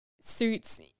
suits